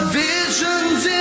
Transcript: visions